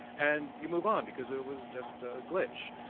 and you move on because it was just a glitch.